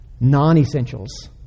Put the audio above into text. non-essentials